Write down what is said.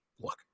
look